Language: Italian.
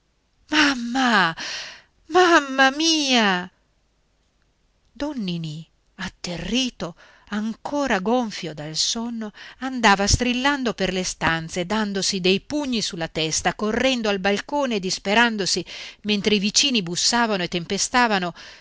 mamma mamma mia don ninì atterrito ancora gonfio dal sonno andava strillando per le stanze dandosi dei pugni sulla testa correndo al balcone e disperandosi mentre i vicini bussavano e tempestavano